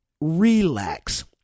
relax